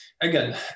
again